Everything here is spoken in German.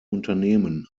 unternehmen